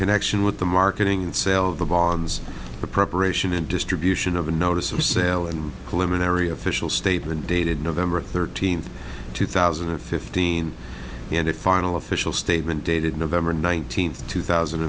connection with the marketing sell the bonds for preparation and distribution of a notice of sale and limit every official statement dated november thirteenth two thousand and fifteen and its final official statement dated november nineteenth two thousand